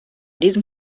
diesem